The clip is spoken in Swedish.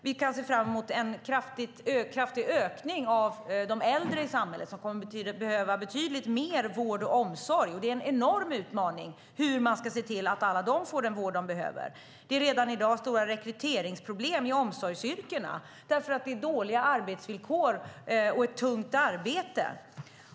Vi kan se fram emot en kraftig ökning av antalet äldre i samhället. De kommer att behöva betydligt mer vård och omsorg, och det är en enorm utmaning hur man ska se till att alla de får den vård de behöver. Det är redan i dag stora rekryteringsproblem i omsorgsyrkena därför att det är dåliga arbetsvillkor och ett tungt arbete.